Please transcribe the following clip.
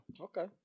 Okay